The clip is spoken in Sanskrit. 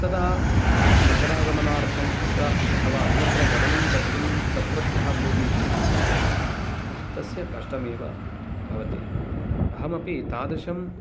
तदा नगरागमनार्थम् अत्र अथवा अन्यत्र गमनं कर्तुं तत्रत्यः कोपि इच्छति चेत् तस्य कष्टमेव भवति अहमपि तादृशम्